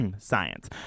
science